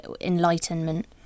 enlightenment